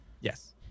Yes